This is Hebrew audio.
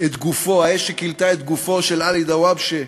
את גופו של עלי דוואבשה,